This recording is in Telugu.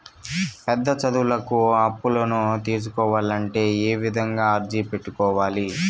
పెద్ద చదువులకు అప్పులను తీసుకోవాలంటే ఏ విధంగా అర్జీ పెట్టుకోవాలి?